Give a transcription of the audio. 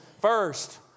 First